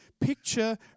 picture